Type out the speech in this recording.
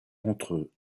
entre